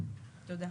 תודה.